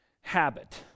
habit